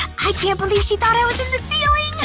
i can't believe she thought i was in the ceiling!